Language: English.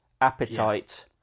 appetite